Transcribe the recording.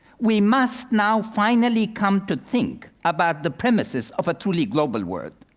we must now finally come to think about the premises of a truly global world,